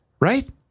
right